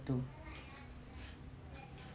to